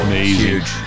Amazing